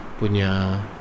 punya